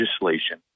legislation